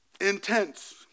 intense